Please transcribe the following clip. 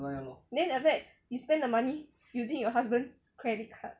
then after that you spend the money using your husband credit card